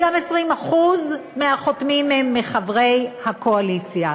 וגם 20% מהחותמים הם חברי הקואליציה.